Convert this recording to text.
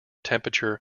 temperature